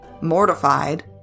Mortified